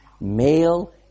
male